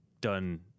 done